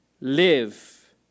Live